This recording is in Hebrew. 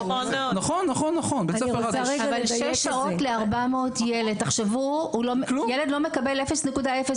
אבל שש שעות ל-400 ילד, תחשבו ילד לא מקבל 0.00